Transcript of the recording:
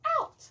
Out